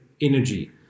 energy